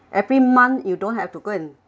every month you don't have to go and